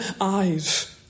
eyes